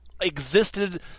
existed